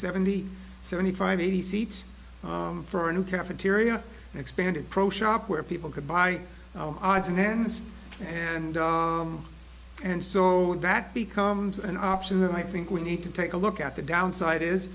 seventy seventy five eighty seats for a new cafeteria expanded pro shop where people could buy odds and ends and so that becomes an option and i think we need to take a look at the downside is